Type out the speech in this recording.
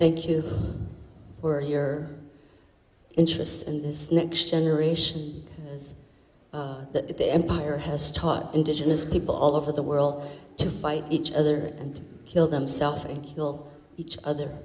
thank you for your interest and this next generation is that the empire has taught indigenous people all over the world to fight each other and kill themself and kill each other